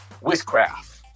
witchcraft